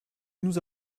nous